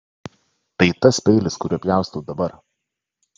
tai tas peilis kuriuo pjaustau dabar